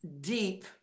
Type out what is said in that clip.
deep